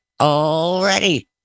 already